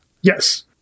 yes